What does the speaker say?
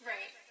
Right